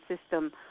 system